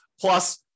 Plus